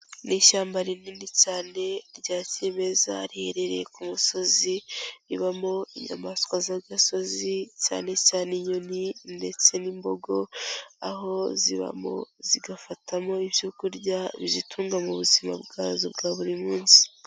Ni ishyamba rinini cyane rya kimeza riherereye ku musozi, ribamo inyamaswa z'agasozi, cyane cyane inyoni ndetse n'imbogo, aho zibamo zigafatamo ibyo kurya bizitunga mu buzima bwazo bwa buri munsi.